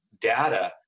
data